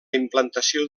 implantació